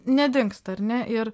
nedingsta ar ne ir